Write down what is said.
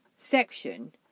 section